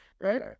Right